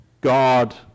God